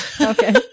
okay